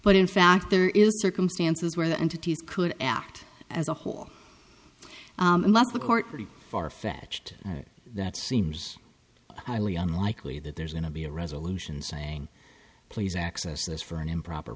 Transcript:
but in fact there is circumstances where the entities could act as a whole and let the court pretty farfetched that seems highly unlikely that there's going to be a resolution saying please access this for an improper